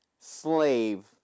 slave